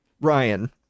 Ryan